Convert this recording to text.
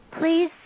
Please